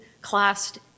classed